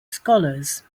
scholars